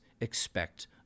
expect